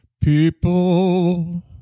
People